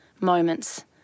moments